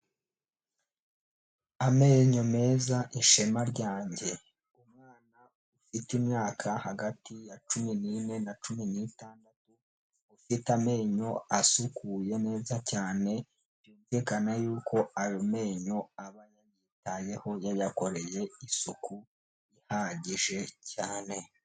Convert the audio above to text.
Amenyo meza ishema ryanjye umwana ufite imyaka hagati ya cumi n'ine na cumi n'itandatu ufite amenyo asukuye neza cyane byumvikana yuko ayo menyo aba yayitayeho yayakoreye isuku ihagije cyane.